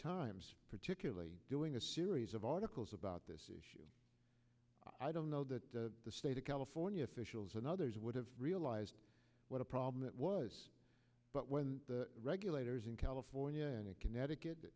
times particularly doing a series of articles about this issue i don't know that the state of california officials and others would have realized what a problem it was but when the regulators in california and connecticut